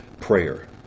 prayer